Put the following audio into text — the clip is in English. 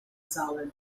solid